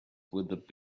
with